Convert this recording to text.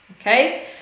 Okay